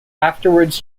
afterwards